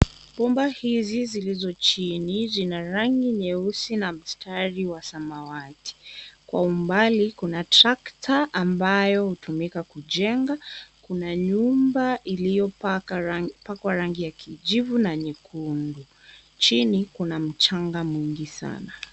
Bomba hizi zilizo chini zina rangi nyeusi na mstari wa samawati . Kwa umbali kuna trakta ambayo hutumika kujenga . Kuna nyumba iliyopakwa rangi ya kijivu na nyekundu. Chini, kuna mchanga mwingi sana.